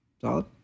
Solid